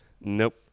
Nope